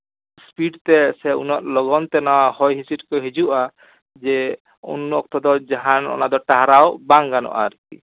ᱥᱯᱤᱰᱛᱮ ᱥᱮ ᱩᱱᱟᱹᱜ ᱞᱚᱜᱚᱱ ᱛᱮ ᱱᱚᱣᱟ ᱦᱚᱭ ᱦᱤᱸᱥᱤᱫ ᱠᱚ ᱦᱤᱡᱩᱜᱼᱟ ᱡᱮ ᱩᱱ ᱚᱠᱛᱚ ᱫᱚ ᱡᱟᱦᱟᱱ ᱚᱱᱟ ᱫᱚ ᱴᱟᱦᱨᱟᱣ ᱵᱟᱝ ᱜᱟᱱᱚᱜᱼᱟ ᱟᱨᱠᱤ